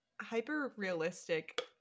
hyper-realistic